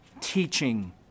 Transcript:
teaching